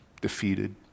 Defeated